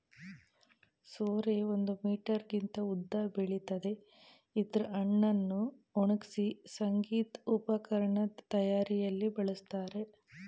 ಸೋರೆ ಒಂದು ಮೀಟರ್ಗಿಂತ ಉದ್ದ ಬೆಳಿತದೆ ಇದ್ರ ಹಣ್ಣನ್ನು ಒಣಗ್ಸಿ ಸಂಗೀತ ಉಪಕರಣದ್ ತಯಾರಿಯಲ್ಲಿ ಬಳಸ್ತಾರೆ